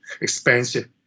expensive